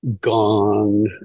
gong